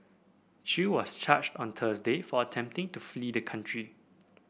Chew was charged on Thursday for attempting to flee the country